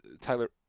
Tyler